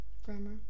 Grammar